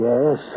Yes